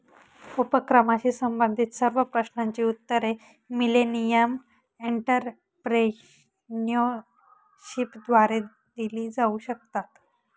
उपक्रमाशी संबंधित सर्व प्रश्नांची उत्तरे मिलेनियम एंटरप्रेन्योरशिपद्वारे दिली जाऊ शकतात